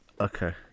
okay